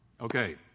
Okay